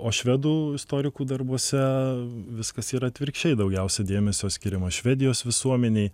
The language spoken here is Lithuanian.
o švedų istorikų darbuose viskas yra atvirkščiai daugiausia dėmesio skiriama švedijos visuomenei